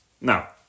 Now